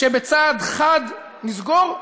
שבצעד חד נסגור?